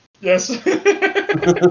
Yes